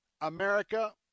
America